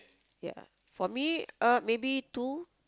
ya for me uh maybe two